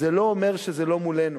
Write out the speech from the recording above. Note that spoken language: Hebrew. זה לא אומר שזה לא מולנו.